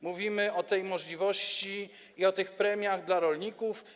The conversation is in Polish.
Mówimy o tej możliwości i o tych premiach dla rolników.